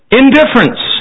indifference